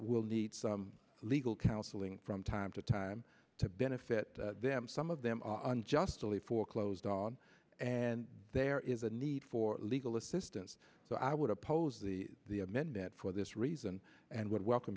will need legal counseling from time to time to benefit them some of them unjustly foreclosed on and there is a need for legal assistance so i would oppose the the amendment for this reason and would welcome